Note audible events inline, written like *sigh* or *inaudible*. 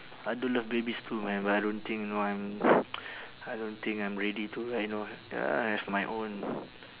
I do love babies too man but I don't think you know I'm *noise* I don't think I'm ready to like know ya have my own